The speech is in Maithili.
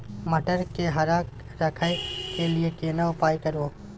मटर के हरा रखय के लिए केना उपाय करू?